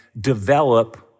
develop